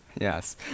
Yes